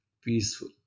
peaceful